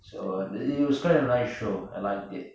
so it it was quite a nice show I liked it